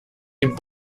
dem